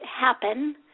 happen